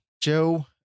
Joe